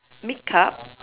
makeup